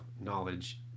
knowledge